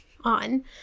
On